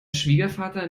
schwiegervater